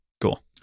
Cool